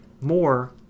more